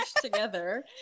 together